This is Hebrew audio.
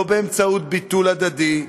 לא באמצעות ביטול הדדי,